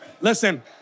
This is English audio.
listen